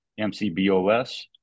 mcbos